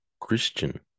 Christian